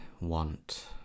want